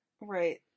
Right